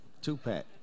two-pack